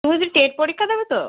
তুমি কি টেট পরীক্ষা দেবে তো